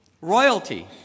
Royalty